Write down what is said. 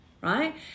right